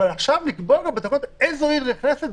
אבל עכשיו לקבוע בתקנות איזו עיר נכנסת,